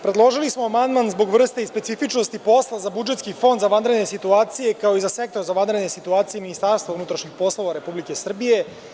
Predložili smo amandman zbog vrste i specifičnosti posla za budžetski fond za vanredne situacije, kao i za Sektor za vanredne situacije MUP Republike Srbije.